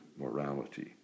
morality